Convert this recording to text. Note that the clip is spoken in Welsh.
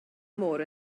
môr